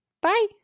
Bye